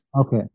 Okay